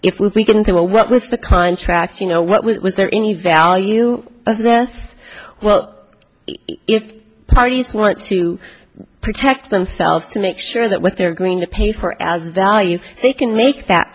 if we can say well what was the contract you know what was there any value of this well if the parties want to protect themselves to make sure that what they're going to pay for as value they can make that